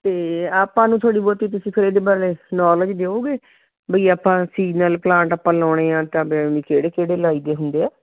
ਅਤੇ ਆਪਾਂ ਨੂੰ ਥੋੜ੍ਹੀ ਬਹੁਤੀ ਤੁਸੀਂ ਫਿਰ ਇਹਦੇ ਬਾਰੇ ਨੌਲੇਜ ਦਿਓਗੇ ਬਈ ਆਪਾਂ ਸੀਸਨਲ ਪਲਾਂਟ ਆਪਾਂ ਲਾਉਣੇ ਆ ਤਾਂ ਬੈ ਕਿਹੜੇ ਕਿਹੜੇ ਲਾਈਦੇ ਹੁੰਦੇ ਆ